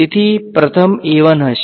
તેથી પ્રથમ હશે